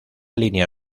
línea